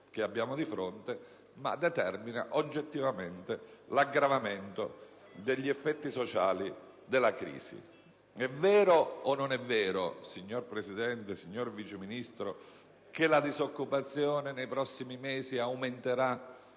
che abbiamo di fronte, bensì determini l'oggettivo aggravamento degli effetti sociali della crisi. È vero o non è vero, signor Presidente, signor Vice Ministro, che la disoccupazione nei prossimi mesi aumenterà